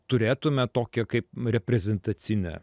turėtume tokią kaip m reprezentacinę